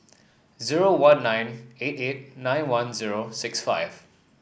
zero one nine eight eight nine one zero six five